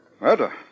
Murder